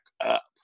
up